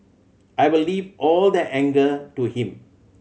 I'll leave all the anger to him